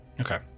Okay